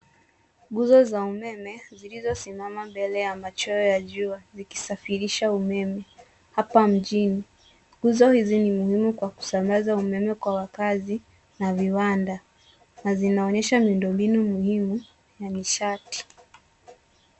Nguzo za umeme zilizo simama mbele ya machweo ya jua zikisafirisha umeme hapa mjini. Nguzo hizi ni muhimu kwa kusameza umeme kwa wakazi na viwanda, na zinaonyesha miundo mbinu muhimu na nishati.